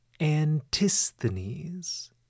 Antisthenes